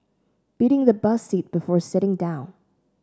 beating the bus seat before sitting down